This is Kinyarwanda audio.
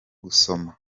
gusoma